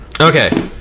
Okay